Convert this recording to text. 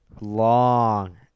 long